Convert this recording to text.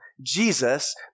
Jesus